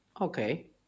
Okay